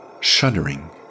Shuddering